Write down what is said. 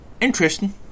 Interesting